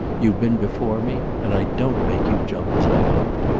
you've been before me, and i don't make you jump as i hoped.